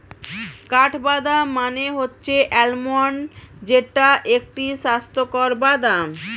কাঠবাদাম মানে হচ্ছে আলমন্ড যেইটা একটি স্বাস্থ্যকর বাদাম